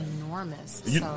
enormous